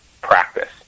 practice